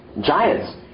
giants